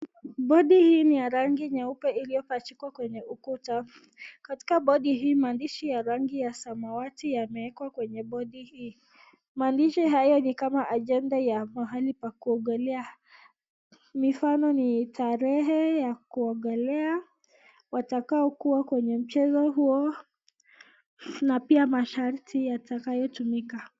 Bodi hii ni ya rangi nyeupe iliyo pachikwa kwenye ukuta , katika bodi hii maadishi ya samawati yameekwa kwenye bodi hii, maandishi haya ni kama agenda ya mahali pa kuogelea , mifano ni tarehe ya kuogelea, watakao kuwa kwenye mchezo huo na pia masharti yatakayo tumiaka.